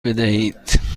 بدهید